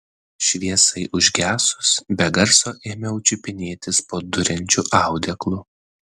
šviesai užgesus be garso ėmiau čiupinėtis po duriančiu audeklu